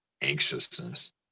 anxiousness